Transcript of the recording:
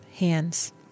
Hands